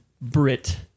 Brit